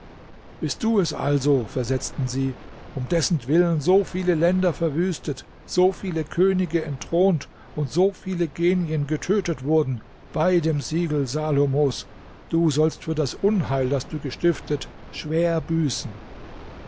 bist du es also versetzten sie um dessentwillen so viele länder verwüstet so viele könige entthront und so viele genien getötet wurden bei dem siegel salomos du sollst für das unheil das du gestiftet schwer büßen